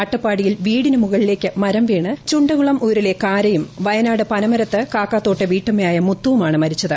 അട്ടപ്പാടിയിൽ വീടിന് മുകളിലേയ്ക്ക് മരം വീണ് ചുണ്ടകുളം ഉൌരിലെ കാരയും വയനാട് പനമരത്ത് കാക്കത്തോട്ടെ വീട്ടമ്മയായ മുത്തുവുമാണ് മരിച്ചത്